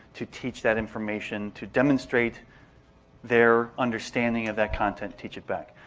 to teach that information, to demonstrate their understanding of that content, teach it back.